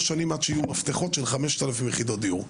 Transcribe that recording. שנים עד שיהיו מפתחות של 5,000 יחידות דיור.